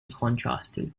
contrasted